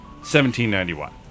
1791